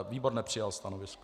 Výbor nepřijal stanovisko.